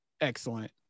excellent